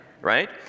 Right